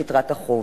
את יתרת החוב.